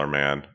man